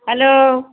hello